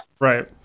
Right